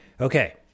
Okay